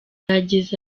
yagize